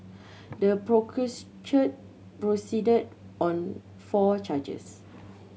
the proceeded on four charges